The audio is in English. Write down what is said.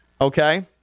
okay